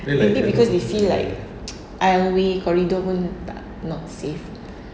maybe because you feel like aisle way corridor pun tak not safe